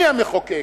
אני המחוקק.